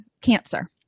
cancer